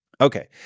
Okay